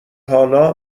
حالا